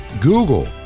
Google